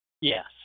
Yes